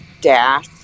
dash